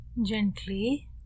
Gently